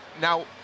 Now